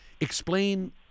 Explain